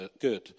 good